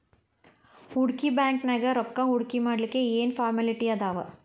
ಹೂಡ್ಕಿ ಬ್ಯಾಂಕ್ನ್ಯಾಗ್ ರೊಕ್ಕಾ ಹೂಡ್ಕಿಮಾಡ್ಲಿಕ್ಕೆ ಏನ್ ಏನ್ ಫಾರ್ಮ್ಯಲಿಟಿ ಅದಾವ?